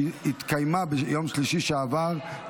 שהתקיימה ביום שלישי שעבר,